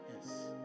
Yes